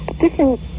different